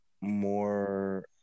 more